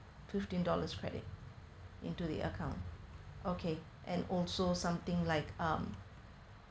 fifteen dollars credit into the account okay and also something like um